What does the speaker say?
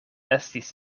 estis